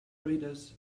readers